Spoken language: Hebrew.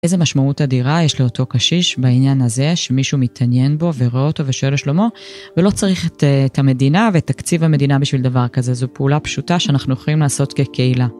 איזה משמעות אדירה יש לאותו קשיש בעניין הזה שמישהו מתעניין בו ורואה אותו ושואל לשלומו, ולא צריך את המדינה ואת תקציב המדינה בשביל דבר כזה, זו פעולה פשוטה שאנחנו יכולים לעשות כקהילה.